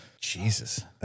Jesus